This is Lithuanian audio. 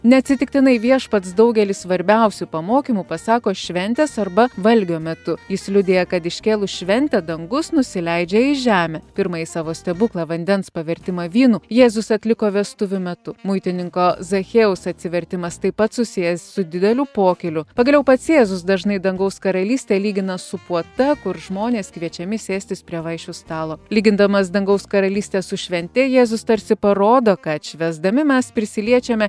neatsitiktinai viešpats daugelį svarbiausių pamokymų pasako šventės arba valgio metu jis liudija kad iškėlus šventę dangus nusileidžia į žemę pirmąjį savo stebuklą vandens pavertimą vynu jėzus atliko vestuvių metu muitininko zachiejaus atsivertimas taip pat susijęs su dideliu pokyliu pagaliau pats jėzus dažnai dangaus karalystę lygina su puota kur žmonės kviečiami sėstis prie vaišių stalo lygindamas dangaus karalystę su švente jėzus tarsi parodo kad švęsdami mes prisiliečiame